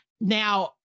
Now